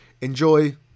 enjoy